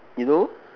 you know